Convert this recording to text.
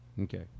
Okay